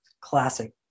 Classic